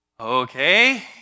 Okay